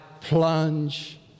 plunge